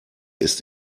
ist